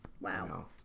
wow